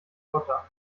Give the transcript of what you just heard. flotter